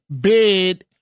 bid